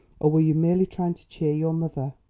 or were you merely trying to cheer your mother?